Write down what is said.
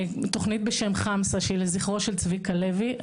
תוכנית בשם "חמסה" שהיא לזכרו של צביקה לוי,